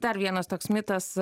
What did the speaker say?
dar vienas toks mitas